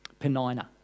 Penina